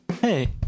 hey